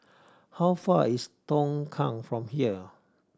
how far is Tongkang from here